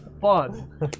fun